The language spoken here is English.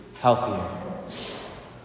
healthier